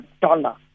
dollar